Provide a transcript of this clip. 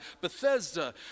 Bethesda